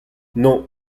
non